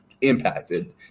Impacted